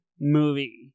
movie